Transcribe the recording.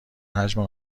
حجم